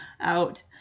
out